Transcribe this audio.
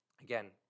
Again